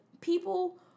people